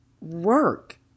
work